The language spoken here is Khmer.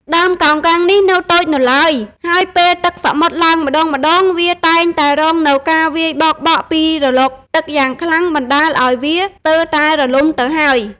ដើមកោងកាងនេះនៅតូចនៅឡើយ ហើយពេលទឹកសមុទ្រឡើងម្ដងៗ វាតែងតែរងនូវការវាយបោកបក់ពីរលកទឹកយ៉ាងខ្លាំងបណ្ដាលឲ្យវាស្ទើរតែរលំទៅហើយ។